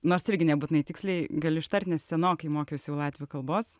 nors irgi nebūtinai tiksliai galiu ištart nes senokai mokiausi latvių kalbos